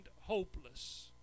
hopeless